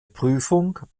prüfung